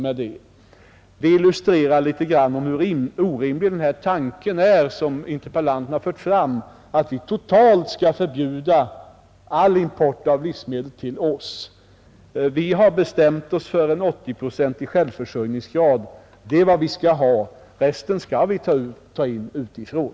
Det illustrerar litet grand hur orimlig den tanke är som interpellanten framför — att vi totalt skall förbjuda all import av livsmedel till oss. Vi har bestämt oss för en 80-procentig självförsörjningsgrad. Det är vad vi skall ha. Resten kan vi ta in utifrån.